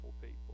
people